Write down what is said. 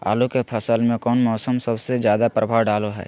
आलू के फसल में कौन मौसम सबसे ज्यादा प्रभाव डालो हय?